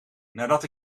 nadat